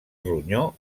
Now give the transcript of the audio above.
ronyó